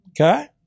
okay